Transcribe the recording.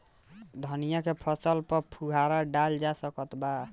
धनिया के फसल पर फुहारा डाला जा सकत बा?